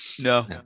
No